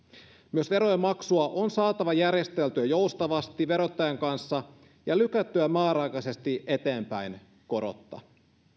myös verojen maksua on saatava järjesteltyä joustavasti verottajan kanssa ja lykättyä määräaikaisesti eteenpäin korotta